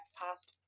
past